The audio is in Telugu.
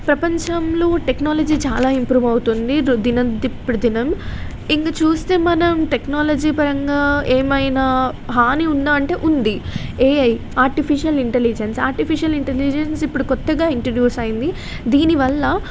ప్రపంచంలో టెక్నాలజీ చాలా ఇంప్రూవ్ అవుతుంది దినం ఇప్పుడు దినం ఇంక చూస్తే మనం టెక్నాలజీ పరంగా ఏమైనా హాని ఉందా అంటే ఉంది AI artificial intelligence artificial intelligence ఇప్పుడు కొత్తగా ఇంట్రడ్యూస్ అయింది దీనివల్ల